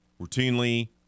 Routinely